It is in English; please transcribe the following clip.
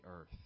earth